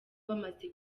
bamaze